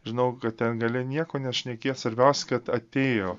žinau kad ten gale nieko nešnekėt svarbiausia kad atėjo